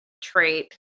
trait